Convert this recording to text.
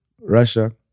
Russia